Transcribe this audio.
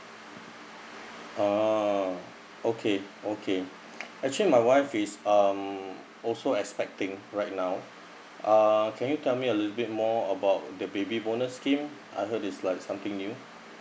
ah okay okay actually my wife is um also expecting right now uh can you tell me a little bit more about the baby bonus scheme I heard this like something new